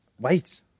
Wait